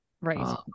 right